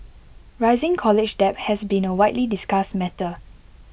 rising college debt has been A widely discussed matter